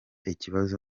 ikibazo